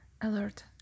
alert